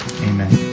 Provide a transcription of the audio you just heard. amen